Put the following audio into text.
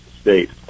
state